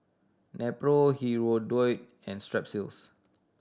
Nepro Hirudoid and Strepsils